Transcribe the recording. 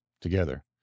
together